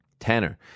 Tanner